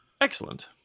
Excellent